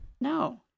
No